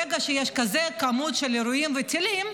ברגע שיש כמות כזו של אירועים וטילים,